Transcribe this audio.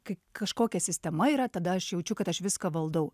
kai kažkokia sistema yra tada aš jaučiu kad aš viską valdau